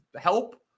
help